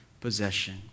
possession